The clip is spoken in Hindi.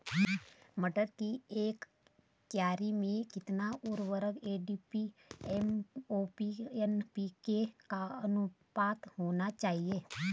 मटर की एक क्यारी में कितना उर्वरक डी.ए.पी एम.ओ.पी एन.पी.के का अनुपात होना चाहिए?